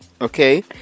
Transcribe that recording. Okay